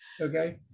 Okay